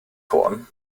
ffôn